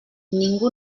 ningú